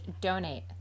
donate